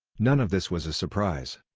none of this was a surprise.